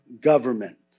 government